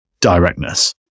directness